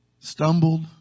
Stumbled